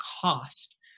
cost